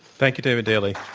thank you, david daley.